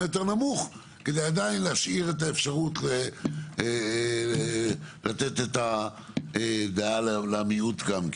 יותר נמוך ולהשאיר את האפשרות לדעה למיעוט.